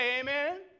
Amen